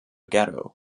ghetto